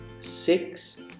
Six